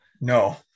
no